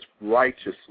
righteously